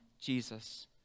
Jesus